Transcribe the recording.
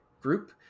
group